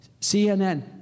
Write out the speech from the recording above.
CNN